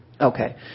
Okay